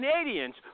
Canadians